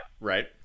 Right